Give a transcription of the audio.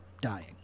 dying